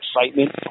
excitement